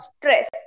stress